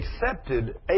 accepted